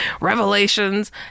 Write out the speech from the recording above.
revelations